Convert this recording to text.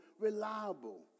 reliable